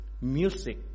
music